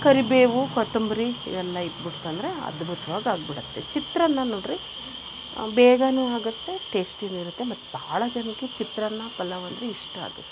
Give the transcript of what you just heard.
ಕರಿಬೇವು ಕೊತ್ತಂಬರಿ ಇವೆಲ್ಲ ಇದ್ಬಿಡ್ತಂದ್ರೆ ಅದ್ಭುತ್ವಾಗಿ ಆಗ್ಬಿಡತ್ತೆ ಚಿತ್ರಾನ್ನ ನೋಡಿರಿ ಬೇಗನೂ ಆಗುತ್ತೆ ಟೇಸ್ಟಿನೂ ಇರುತ್ತೆ ಮತ್ತು ಭಾಳ ಜನಕ್ಕೆ ಚಿತ್ರಾನ್ನ ಪಲಾವ್ ಅಂದರೆ ಇಷ್ಟ ಆಗುತ್ತೆ